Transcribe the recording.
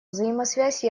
взаимосвязь